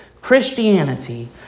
Christianity